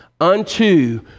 unto